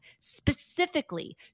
specifically